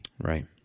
Right